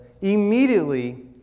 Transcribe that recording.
Immediately